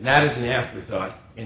not as an afterthought in